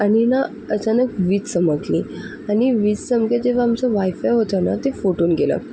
आणि ना अचानक वीज चमकली आणि वीज चमकली तेव्हा आमचं वायफाय होतं ना ते फुटून गेलं